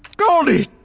goldie!